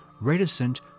reticent